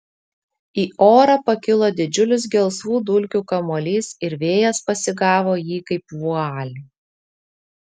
į orą pakilo didžiulis gelsvų dulkių kamuolys ir vėjas pasigavo jį kaip vualį